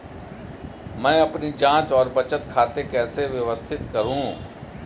मैं अपनी जांच और बचत खाते कैसे व्यवस्थित करूँ?